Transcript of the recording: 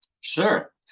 Sure